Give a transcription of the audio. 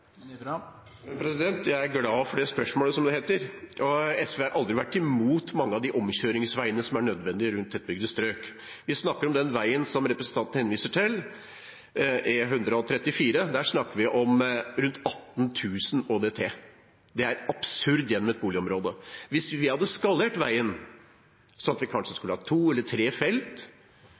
Jeg er glad for det spørsmålet, som det heter. SV har aldri vært imot mange av de omkjøringsveiene som er nødvendige rundt tettbygde strøk. Når det gjelder den veien som representanten henviser til, E134, snakker vi om rundt 18 000 ÅDT. Det er absurd gjennom et boligområde. Hadde man enda skalert veien, sånn at vi kanskje hadde hatt to eller tre felt?